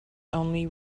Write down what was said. only